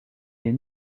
des